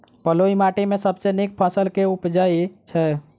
बलुई माटि मे सबसँ नीक फसल केँ उबजई छै?